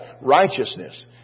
Righteousness